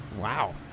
Wow